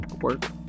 work